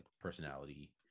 personality